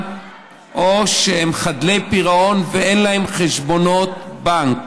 או שהם חדלי פירעון ואין להם חשבונות בנק.